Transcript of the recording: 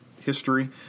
history